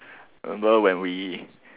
remember when we